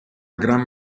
gran